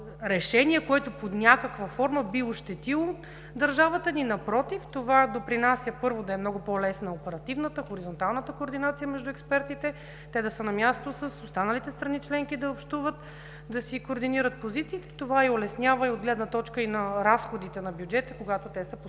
решение, което под някаква форма би ощетило държавата ни. Напротив, това допринася, първо, да е много по-лесна оперативната, хоризонталната координация между експертите – да са на място с останалите страни членки, да общуват, да си координират позициите, а това улеснява и от гледна точка на разходите на бюджета, когато те са постоянно